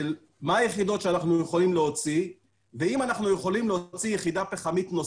ההחלטה להפסיק יחידה היא לא בידיים שלי